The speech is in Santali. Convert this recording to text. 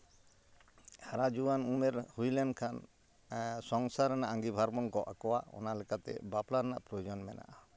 ᱦᱟᱨᱟ ᱡᱩᱣᱟᱹᱱ ᱩᱢᱮᱨ ᱦᱩᱭ ᱞᱮᱱᱠᱷᱟᱱ ᱥᱚᱝᱥᱟᱨ ᱨᱮᱱᱟᱜ ᱟᱺᱜᱤᱵᱷᱟᱨ ᱵᱚᱱ ᱜᱚᱜ ᱟᱠᱚᱣᱟᱜ ᱚᱱᱟ ᱞᱮᱠᱟᱛᱮ ᱵᱟᱯᱞᱟ ᱨᱮᱱᱟᱜ ᱯᱨᱚᱭᱳᱡᱚᱱ ᱢᱮᱱᱟᱜᱼᱟ